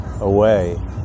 away